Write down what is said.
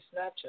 Snapchat